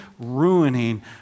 ruining